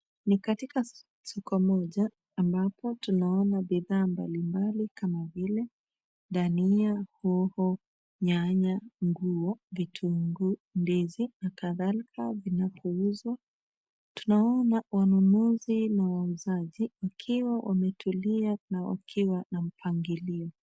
Ni katika soko moja, ambapo tunaona bidhaa mbalimbali kama vile dhania, hoho, nyanya, nguo, vitunguu, ndizi na kadhalika vinavyouzwa. Tunaona wanunuzi na wauzaji wakiwa wametulia na wakiwa na mpangilio.